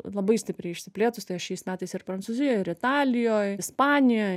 labai stipriai išsiplėtus tai aš šiais metais ir prancūzijoj ir italijoj ispanijoj